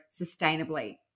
sustainably